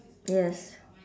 yes